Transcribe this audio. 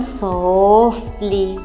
softly